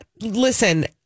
listen